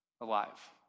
alive